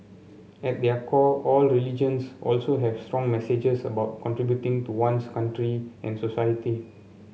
at their core all religions also have strong messages about contributing to one's country and society